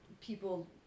people